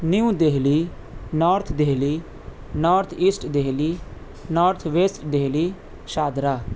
new Delhi north Delhi north east Delhi north west Delhi Shahdara